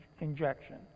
injection